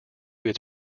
its